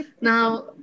Now